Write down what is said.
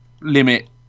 limit